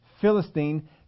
Philistine